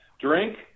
Drink